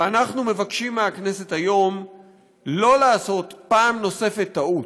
ואנחנו מבקשים מהכנסת היום לא לעשות פעם נוספת טעות,